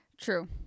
True